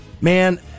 Man